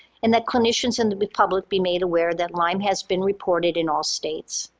and that clinicians and the republic be made aware that lyme has been reported in all states.